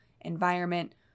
environment